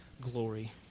glory